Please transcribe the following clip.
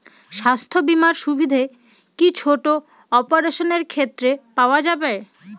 স্বাস্থ্য বীমার সুবিধে কি ছোট অপারেশনের ক্ষেত্রে পাওয়া যাবে?